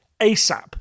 ASAP